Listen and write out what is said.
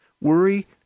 Worry